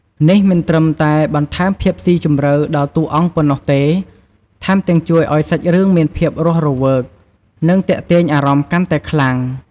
នេះមិនត្រឹមតែបន្ថែមភាពស៊ីជម្រៅដល់តួអង្គប៉ុណ្ណោះទេ ថែមទាំងជួយឱ្យសាច់រឿងមានភាពរស់រវើក និងទាក់ទាញអារម្មណ៍កាន់តែខ្លាំង។